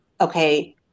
okay